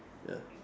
ya